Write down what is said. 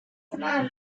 what